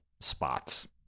spots